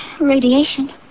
Radiation